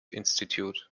institute